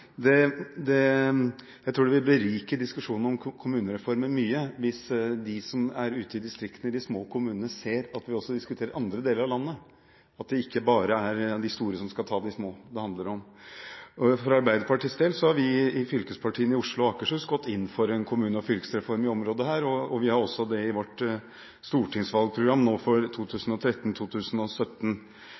Jeg tror det vil berike diskusjonen om kommunereformer mye hvis de som er ute i distriktene i de små kommunene, ser at vi også diskuterer andre deler av landet – at det ikke bare er de store som skal ta de små det handler om. For Arbeiderpartiets del har vi i fylkespartiene i Oslo og i Akershus gått inn for en kommune- og fylkesreform i dette området. Vi har også det i vårt stortingsvalgprogram for